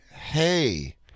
hey